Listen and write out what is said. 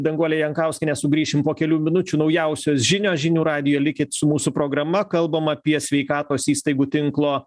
danguole jankauskiene sugrįšim po kelių minučių naujausios žinios žinių radijo likit su mūsų programa kalbam apie sveikatos įstaigų tinklo